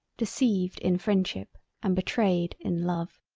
deceived in freindship and betrayed in love.